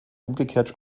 umgekehrt